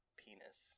penis